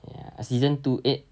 ya season two yet